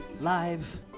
live